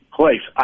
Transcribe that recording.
place